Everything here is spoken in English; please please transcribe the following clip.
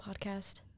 podcast